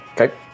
Okay